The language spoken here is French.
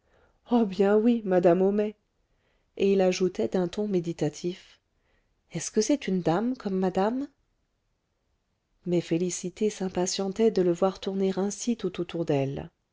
ah bien oui madame homais et il ajoutait d'un ton méditatif est-ce que c'est une dame comme madame mais félicité s'impatientait de le voir tourner